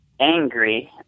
angry